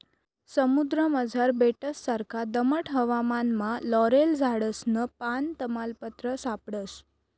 समुद्रमझार बेटससारखा दमट हवामानमा लॉरेल झाडसनं पान, तमालपत्र सापडस